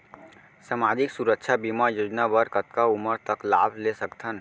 सामाजिक सुरक्षा बीमा योजना बर कतका उमर तक लाभ ले सकथन?